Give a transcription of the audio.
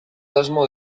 asmo